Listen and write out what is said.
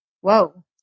whoa